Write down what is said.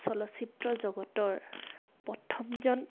চলচিত্ৰ জগতৰ প্ৰথমজন